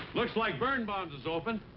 looks like birnbaum's is open.